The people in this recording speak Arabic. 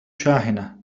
شاحنة